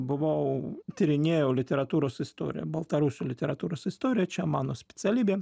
buvau tyrinėjau literatūros istoriją baltarusių literatūros istoriją čia mano specialybė